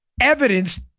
evidence